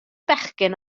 bechgyn